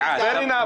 בסדר, פייר אינאף.